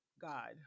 god